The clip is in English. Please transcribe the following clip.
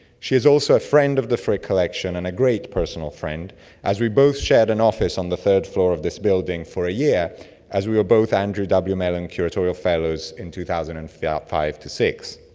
she is also a friend of the frick collection and a great personal friend as we both shared an office on the third floor of this building for a year as we were both andrew w. mellon curatorial fellows in two thousand and five five to two